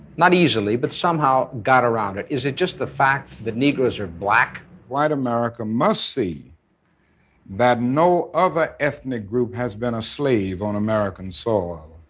not easily, but somehow got around it. is it just the fact that negroes are black? white america must see that no other ethnic group has been a slave on american soil.